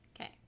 okay